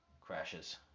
crashes